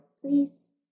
please